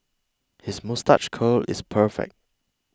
his moustache curl is perfect